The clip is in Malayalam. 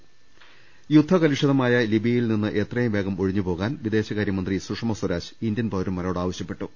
ദർവ്വട്ടെഴ യുദ്ധകലുഷിതമായ ലിബിയയിൽ നിന്ന് എത്രയൂംവേഗം ഒഴിഞ്ഞു പോകാൻ വിദേശകാര്യ മന്ത്രി സുഷമ സ്വരാജ് ഇന്ത്യൻ പൌരന്മാരോട് ആവ ശൃപ്പെട്ടു